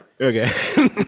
Okay